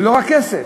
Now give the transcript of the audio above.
זה לא רק כסף.